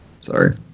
Sorry